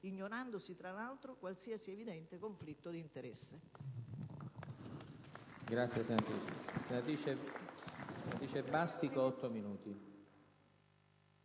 ignorandosi tra l'altro qualsiasi evidente conflitto di interesse.